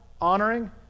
honoring